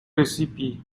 recipe